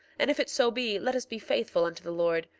and if it so be, let us be faithful unto the lord,